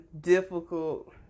difficult